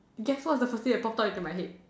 guess what is the first thing that popped up into my head